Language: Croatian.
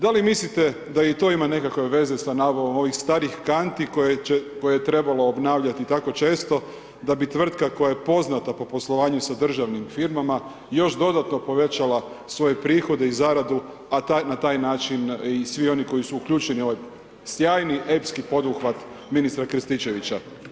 Da li mislite da i to ima nekakve veze sa nabavom ovih starih kanti koje je trebalo obnavljati tako često da bi tvrtka koja je poznata po poslovanju sa državnim firmama još dodatno povećala svoje prihode i zaradu, a na taj način i svi oni koji su uključeni u ovaj sjajni epski poduhvat ministra Krstičevića.